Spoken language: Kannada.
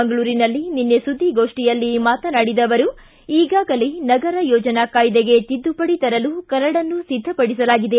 ಮಂಗಳೂರಿನಲ್ಲಿ ನಿನ್ನೆ ಸುದ್ದಿಗೋಷ್ಠಿಯಲ್ಲಿ ಮಾತನಾಡಿದ ಅವರು ಈಗಾಗಲೇ ನಗರ ಯೋಜನಾ ಕಾಯ್ದೆಗೆ ತಿದ್ದುಪಡಿ ತರಲು ಕರಡನ್ನು ಸಿದ್ದಪಡಿಸಲಾಗಿದೆ